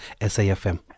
safm